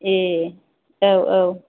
ए औ औ